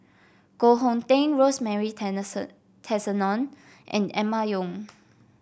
Koh Hong Teng Rosemary Tessensohn and Emma Yong